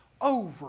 over